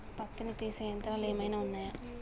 పత్తిని తీసే యంత్రాలు ఏమైనా ఉన్నయా?